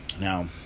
now